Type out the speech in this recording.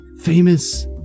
famous